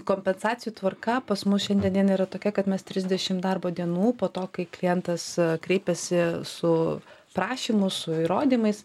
kompensacijų tvarka pas mus šiandien dienai yra tokia kad mes trisdešim darbo dienų po to kai klientas kreipiasi su prašymu su įrodymais